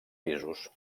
pisos